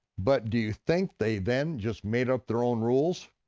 but do you think they then just made up their own rules?